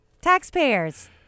taxpayers